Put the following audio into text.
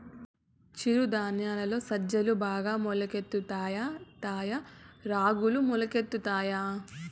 చిరు ధాన్యాలలో సజ్జలు బాగా మొలకెత్తుతాయా తాయా రాగులు మొలకెత్తుతాయా